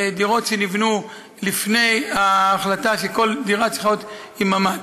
דירות שנבנו לפני ההחלטה שכל דירה צריכה להיות עם ממ"ד.